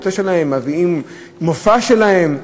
מביאים מופע שלהן.